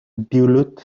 duluth